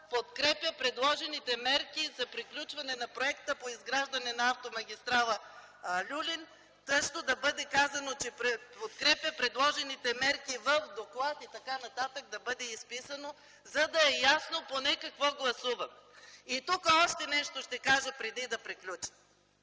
„Подкрепя предложените мерки за приключване на проекта по изграждане на автомагистрала „Люлин”, където също да бъде казано, че: „Подкрепя предложените мерки в доклада” и т.н. – да бъде изписано, за да е ясно поне какво гласуваме. Тук ще кажа още нещо преди да приключа.